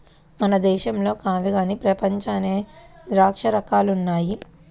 మన దేశంలో కాదు గానీ ప్రపంచంలో అనేక ద్రాక్ష రకాలు ఉన్నాయి